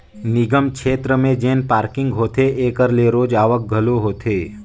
निगम छेत्र में जेन पारकिंग होथे एकर ले रोज आवक घलो होथे